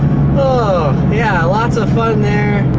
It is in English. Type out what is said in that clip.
oh, yeah, lots of fun, there.